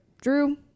Drew